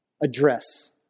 address